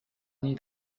niej